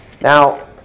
Now